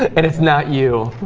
and if not you